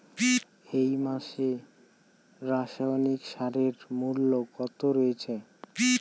এই মাসে রাসায়নিক সারের মূল্য কত রয়েছে?